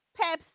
Pepsi